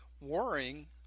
worrying